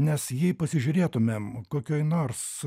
nes jei pasižiūrėtumėm kokioj nors